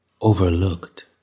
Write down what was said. overlooked